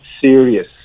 serious